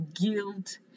guilt